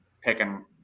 picking